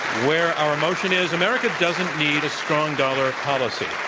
where our motion is, america doesn't need a strong dollar policy.